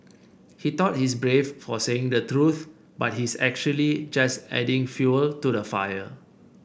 he thought he's brave for saying the truth but he's actually just adding fuel to the fire